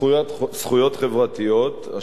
זכויות חברתיות.